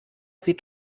sieht